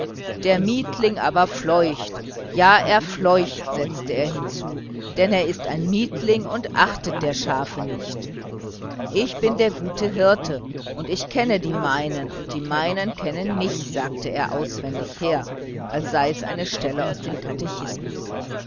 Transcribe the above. der mietling aber fleucht ja er fleucht setzte er hinzu denn er ist ein mietling und achtet der schafe nicht ich bin der gute hirte und ich kenne die meinen und die meinen kennen mich sagte er auswendig her als sei es eine stelle aus dem katechismus